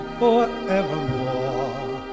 forevermore